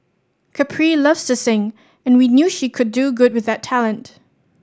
Capri loves to sing and we knew she could do good with that talent